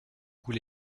goût